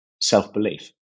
self-belief